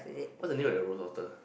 what's the name of that rose water